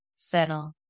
settle